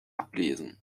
ablesen